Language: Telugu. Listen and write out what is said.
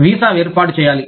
వీసా ఏర్పాటు చేయాలి